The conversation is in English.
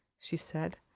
she said.